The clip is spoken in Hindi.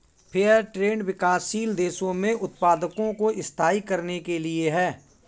फेयर ट्रेड विकासशील देशों में उत्पादकों को स्थायी करने के लिए है